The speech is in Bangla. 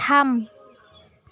থাম